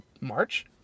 March